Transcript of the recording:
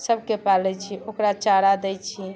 सबके पालै छी ओकरा चारा दै छी